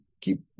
keep